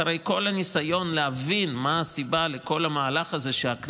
אחרי כל הניסיון להבין מה הסיבה לכל המהלך הזה שבו